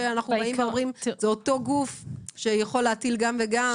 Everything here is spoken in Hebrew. שאנחנו באים ואומרים שזה אותו גוף שיכול להטיל גם וגם?